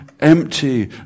empty